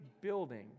building